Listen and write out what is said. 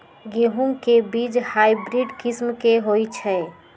गेंहू के बीज हाइब्रिड किस्म के होई छई?